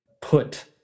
put